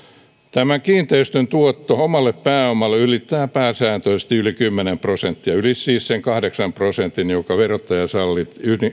tämä kiinteistön tuotto omalle pääomalle ylittää pääsääntöisesti kymmenen prosenttia siis yli sen kahdeksan prosentin jonka verottaja sallii